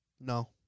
No